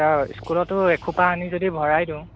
sir স্কুলতো এসোপা আনি যদি ভৰাই দিওঁ